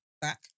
back